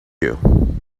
you